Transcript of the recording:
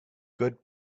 good